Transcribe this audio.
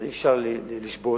אז אי-אפשר לשבות,